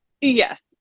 Yes